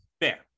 Fair